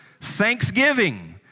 thanksgiving